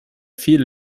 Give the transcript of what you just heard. viel